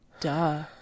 Duh